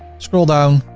scroll down,